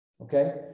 okay